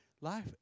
life